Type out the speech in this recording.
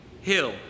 hill